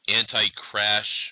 anti-crash